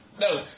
No